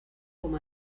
com